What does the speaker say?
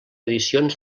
edicions